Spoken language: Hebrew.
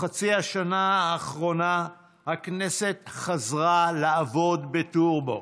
בחצי השנה האחרונה הכנסת חזרה לעבוד בטורבו: